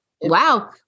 Wow